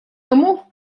домов